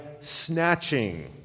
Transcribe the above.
snatching